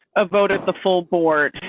ah vote at the full board.